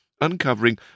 uncovering